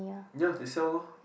no they sell lor